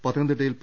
പത്തനംതിട്ട യിൽ പി